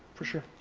for sure.